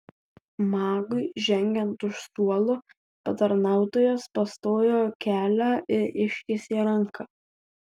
magui žengiant už suolo patarnautojas pastojo kelią ir ištiesė ranką